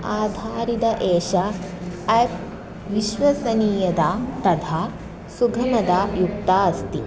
आधारितम् एषा एप् विश्वसनीयता तथा सुगमता युक्ता अस्ति